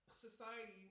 society